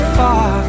far